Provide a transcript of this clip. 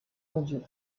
mondiaux